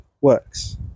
works